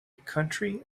country